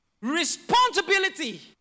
responsibility